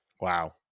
Wow